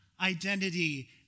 identity